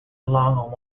along